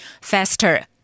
faster